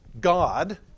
God